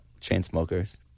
Chainsmokers